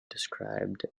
described